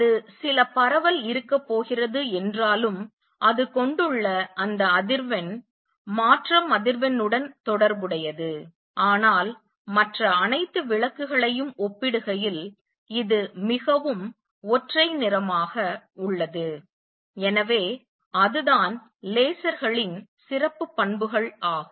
அது சில பரவல் இருக்க போகிறது என்றாலும் அது கொண்டுள்ள அந்த அதிர்வெண் மாற்றம் அதிர்வெண் உடன் தொடர்புடையது ஆனால் மற்ற அனைத்து விளக்குகளையும் ஒப்பிடுகையில் இது மிகவும் ஒற்றை நிறமாக உள்ளது எனவே அதுதான் லேசர்களின் சிறப்பு பண்புகள் ஆகும்